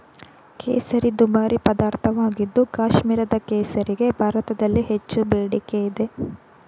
ಕೇಸರಿ ದುಬಾರಿ ಪದಾರ್ಥವಾಗಿದ್ದು ಕಾಶ್ಮೀರದ ಕೇಸರಿಗೆ ಭಾರತದಲ್ಲಿ ಹೆಚ್ಚು ಬೇಡಿಕೆ ಇದೆ